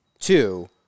two